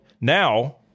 now